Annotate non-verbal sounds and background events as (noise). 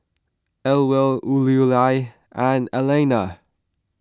Ewell (unintelligible) and Elana